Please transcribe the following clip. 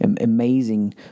amazing